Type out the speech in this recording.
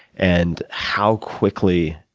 and how quickly